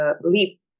leap